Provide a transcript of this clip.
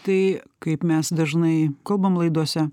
tai kaip mes dažnai kalbam laidose